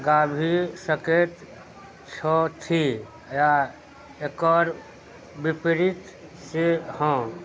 गाबि सकै छथि या एकर विपरीत से हँ